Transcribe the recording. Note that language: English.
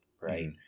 right